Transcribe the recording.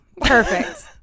Perfect